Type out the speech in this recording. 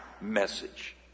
message